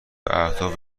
اهداف